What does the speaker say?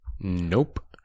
Nope